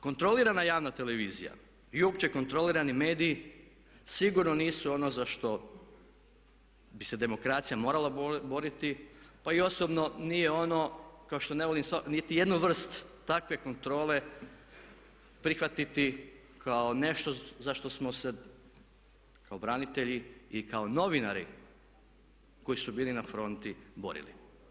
Kontrolirana javna televizija i uopće kontrolirani mediji sigurno nisu ono za što bi se demokracija morala boriti pa i osobno kao što ne volim nitijednu vrst takve kontrole prihvatiti kao nešto za što smo se kao branitelji i kao novinari koji su bili na fronti borili.